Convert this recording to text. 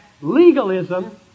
legalism